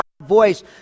voice